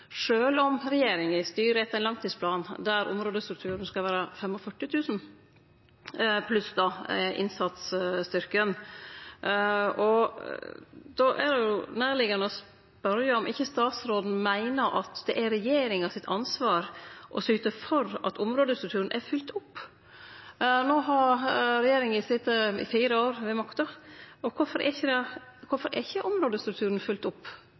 om regjeringa styrer etter ein langtidsplan der områdestrukturen skal vere 45 000 pluss innsatsstyrken. Då er det nærliggjande å spørje om ikkje statsråden meiner at det er regjeringa sitt ansvar å syte for at områdestrukturen er fylt opp. No har regjeringa sete med makta i fire år. Kvifor er ikkje